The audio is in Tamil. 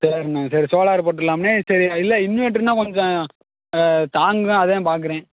சரிண்ணே சரி சோலார் போட்டுடலாம்ண்ணே சரி இல்லை இன்வெட்ருனால் கொஞ்சம் தாங்கும் அதுதான் பார்க்குறேன்